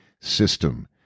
system